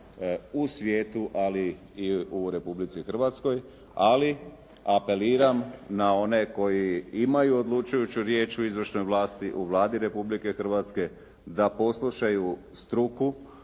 u svijetu, ali i u Republici Hrvatskoj, ali apeliram na one koji imaju odlučujuću riječ u izvršnoj vlasti u Vladi Republike Hrvatske da poslušaju struku,